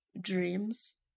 dreams